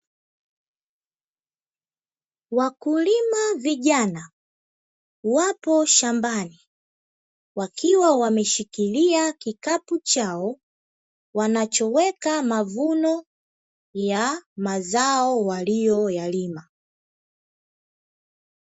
Wakulima vijana wapo shambani wakiwa wameshikilia kikapu chao wanachoweka mavuno ya mazao waliyoyalima.